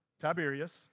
Tiberius